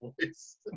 voice